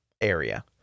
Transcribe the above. area